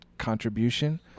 contribution